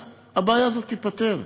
אז הבעיה הזאת תיפתר.